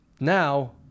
Now